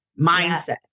mindset